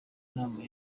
nama